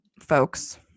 folks